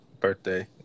Birthday